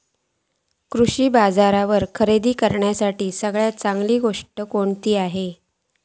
कृषी बाजारावर खरेदी करूसाठी सगळ्यात चांगली गोष्ट खैयली आसा?